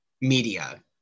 media